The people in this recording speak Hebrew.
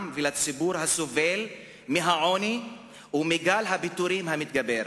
ולציבור הסובל מהעוני ומגל הפיטורים המתגבר?